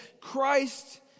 Christ